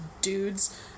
dudes